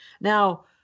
Now